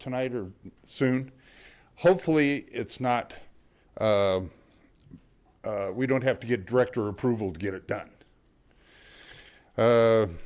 tonight or soon hopefully it's not we don't have to get director approval to get it done